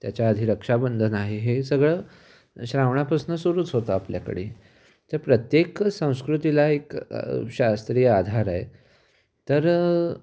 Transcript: त्याच्या आधी रक्षाबंधन आहे हे सगळं श्रावणापासून सुरूच होतं आपल्याकडे तर प्रत्येक संस्कृतीला एक शास्त्रीय आधार आहे तर